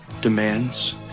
demands